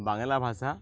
বাংলা ভাষা